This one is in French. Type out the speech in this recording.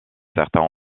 certains